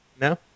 No